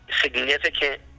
Significant